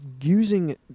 using